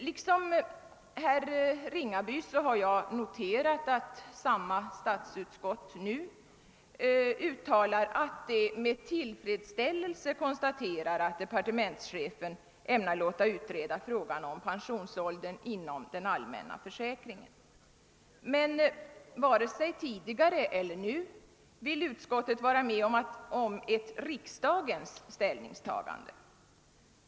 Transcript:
Liksom herr Ringaby har jag noterat att samma statsutskott nu med tillfredsställelse konstaterar att departementschefen ämnar låta utreda frågan om pensionsåldern inom den allmänna försäkringen, men varken tidigare eller i dag vill utskottet vara med om ett riksdagens ställningstagande.